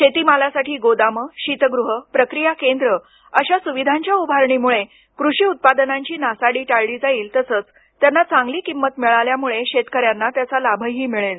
शेतीमालासाठी गोदामं शीतगृहं प्रक्रिया केंद्र अश्या सुविधांच्या उभारणीमुळे कृषी उत्पादनांची नासाडी टाळली जाईल तसंच त्यांना चांगली किंमत मिळाल्यामुळे शेतकऱ्यांना त्याचा लाभही मिळेल